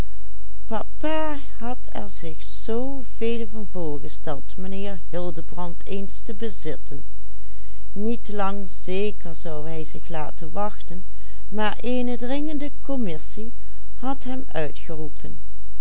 eens te bezitten niet lang zeker zou hij zich laten wachten maar eene dringende commissie had hem uit